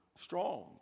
strong